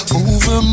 over